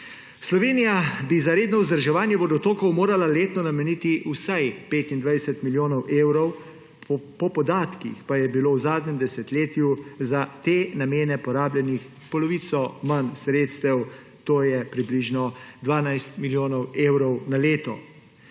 Slovenija bi za redno vzdrževanje vodotokov morala letno nameniti vsaj 25 milijonov evrov, po podatkih pa je bilo v zadnjem desetletju za te namene porabljenih polovico manj sredstev, to je približno 12 milijonov evrov na leto.